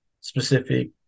specific